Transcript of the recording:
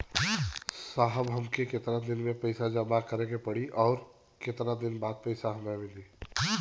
साहब हमके कितना दिन तक पैसा जमा करे के पड़ी और कितना दिन बाद हमके मिली?